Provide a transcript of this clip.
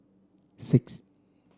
six